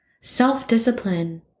Self-discipline